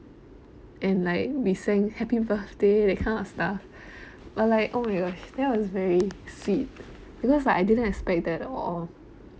and like we sang happy birthday that kind of stuff like oh that was very sweet because like I didn't expect that at all